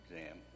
exam